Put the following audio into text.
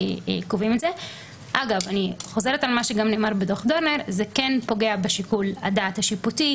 אני רוצה להבין מה עומד מאחורי תיקון החלק השני שמתייחס לתקיפת סתם.